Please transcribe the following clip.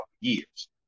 years